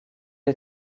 est